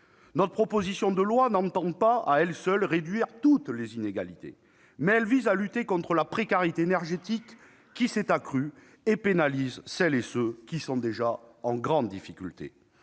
Notre proposition de loi ne tend pas à réduire, à elle seule, toutes les inégalités, mais elle vise à lutter contre la précarité énergétique, qui s'est accrue et pénalise celles et ceux qui sont déjà en grande difficulté.